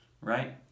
Right